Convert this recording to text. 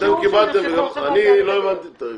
לא יהיה שינוי.